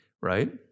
right